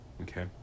okay